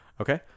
Okay